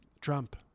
Trump